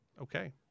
Okay